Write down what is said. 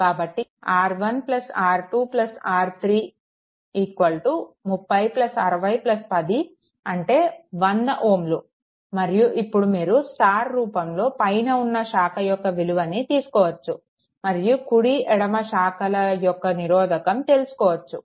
కాబట్టి R1 R2 R3 30 60 10 100 Ω మరియు ఇప్పుడు మీరు స్టార్ రూపంలో పైన ఉన్న శాఖ యొక్క విలువను తెలుసుకోవచ్చు మరియు కుడి ఎడమ శాఖల యొక్క నిరోధకం తెలుసుకోవచ్చు